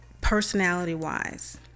personality-wise